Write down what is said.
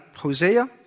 Hosea